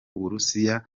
burusiya